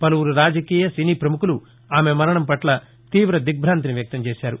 పలువురు రాజకీయ సినీ ప్రముఖులు ఆమె మరణం పట్ల తీవ దిగ్బాంతిని వ్యక్తం చేశారు